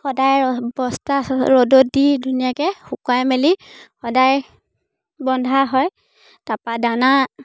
সদায় বস্তা ৰ'দত দি ধুনীয়াকৈ শুকাই মেলি সদায় বন্ধা হয় তাৰপৰা দানা